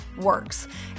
works